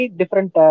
different